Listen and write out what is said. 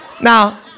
Now